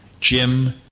Jim